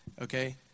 okay